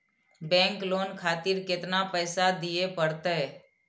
Bank loan खातीर केतना पैसा दीये परतें?